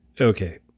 Okay